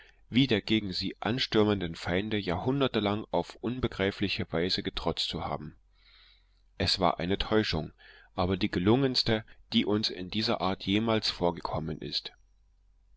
wie der gegen sie anstürmenden feinde jahrhunderte lang auf unbegreifliche weise getrotzt zu haben es war eine täuschung aber die gelungenste die uns in dieser art jemals vorgekommen ist